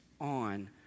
on